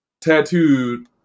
tattooed